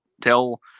tell